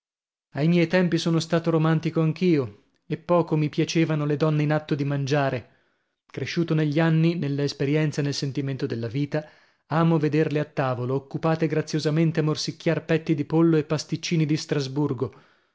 ai miei tempi sono stato romantico anch'io e poco mi piacevano le donne in atto di mangiare cresciuto negli anni nella esperienza e nel sentimento della vita amo vederle a tavola occupate graziosamente a morsicchiar petti di pollo e pasticcini di strasburgo